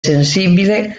sensibile